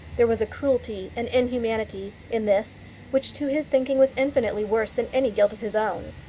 there was a cruelty, an inhumanity, in this which to his thinking was infinitely worse than any guilt of his own.